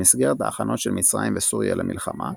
במסגרת ההכנות של מצרים וסוריה למלחמה,